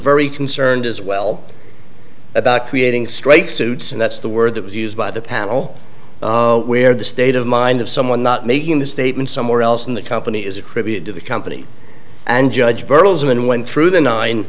very concerned as well about creating strike suits and that's the word that was used by the panel where the state of mind of someone not making the statement somewhere else in the company is a credit to the company and judge bertelsmann went through the nine